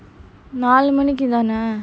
நாலு மணிக்கு தானே:naalu manikku dhanae